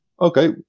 okay